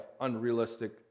unrealistic